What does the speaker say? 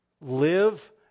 live